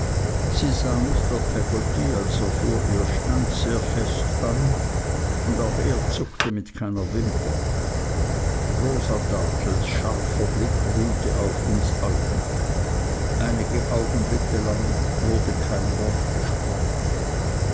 mr peggotty als er vor ihr stand sehr fest an und auch er zuckte mit keiner wimper rosa dartles scharfer blick ruhte auf uns allen einige augenblicke lang wurde kein wort gesprochen